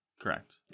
Correct